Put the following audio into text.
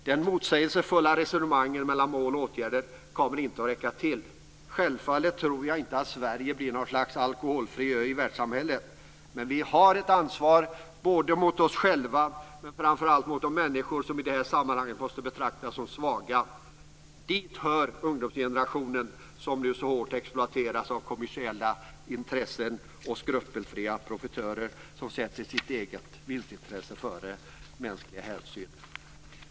Det motsägelsefulla resonemanget mellan mål och åtgärder kommer inte att räcka till. Självfallet tror jag inte att Sverige blir något slags alkoholfri ö i välfärdssamhället. Men vi har ett ansvar både mot oss själva och framför allt mot de människor som i det här sammanhanget måste betraktas som svaga. Dit hör ungdomsgenerationen som nu så hårt exploateras av kommersiella intressen och skrupelfria profitörer, som sätter sitt eget vinstintresse före mänskliga hänsyn.